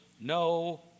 No